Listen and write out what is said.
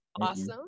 awesome